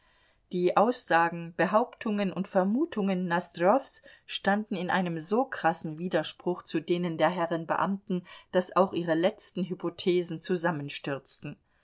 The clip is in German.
die aussagen behauptungen und vermutungen nosdrjows standen in einem so krassen widerspruch zu denen der herren beamten daß auch ihre letzten hypothesen zusammenstürzten